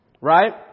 right